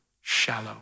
shallow